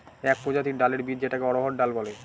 এক প্রজাতির ডালের বীজ যেটাকে অড়হর ডাল বলে